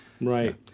right